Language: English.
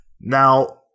Now